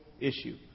issue